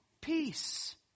peace